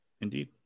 Indeed